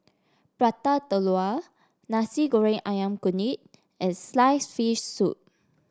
Prata Telur Nasi Goreng ayam Kunyit and slice fish soup